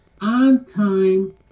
on-time